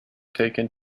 taken